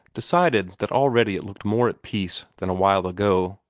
decided that already it looked more at peace than awhile ago.